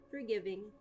forgiving